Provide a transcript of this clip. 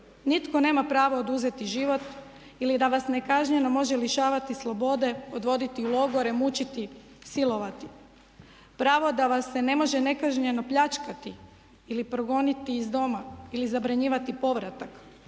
nitko nema pravo oduzeti život ili da vas ne kažnjeno može lišavati slobode, odvoditi u logore, mučiti, silovati. Pravo da vas ne može nekažnjeno pljačkati ili progoniti iz doma ili zabranjivati povratak,